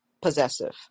possessive